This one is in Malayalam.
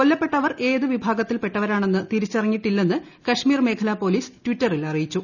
കൊല്ലപ്പെട്ടവർ ഏതു വിഭാഗത്തിൽപ്പെട്ടവരാണെന്ന് തിരിച്ചറിഞ്ഞിട്ടില്ലെന്ന് കശ്മീർ മേഖലാ പോലീസ് ട്വിറ്ററിൽ അറിയിച്ചു